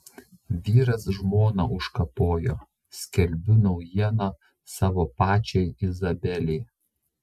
vyras žmoną užkapojo skelbiu naujieną savo pačiai izabelei